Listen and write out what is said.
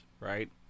Right